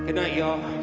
night ya'll